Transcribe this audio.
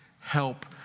help